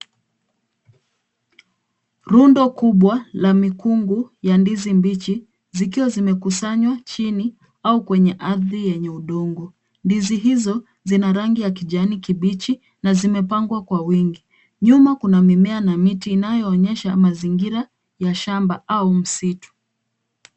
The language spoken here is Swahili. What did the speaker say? Rundo kubwa la mikungu ya ndizi mbichi zikiwa zimekusanywa chini au kwenye ardhi yenye udongo. Ndizi hizo zina rangi ya kijani kibichi na zimepangwa kwa wingi, nyuma kuna mimea na miti inayoonyesha mazingira ya shamba au msitu.